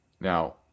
Now